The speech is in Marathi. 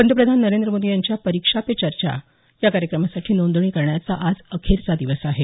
पंतप्रधान नरेंद्र मोदी यांच्या परीक्षा पे चर्चा या कार्यक्रमासाठी नोंदणी करण्याचा आज अखेरचा दिवस आहे